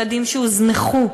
ילדים שהוזנחו,